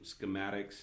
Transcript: schematics